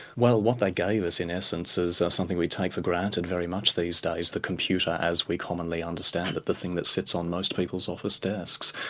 well, what they gave us in essence is something we take for granted very much these days, the computer as we commonly understand it, the thing that sits on most people's office desks.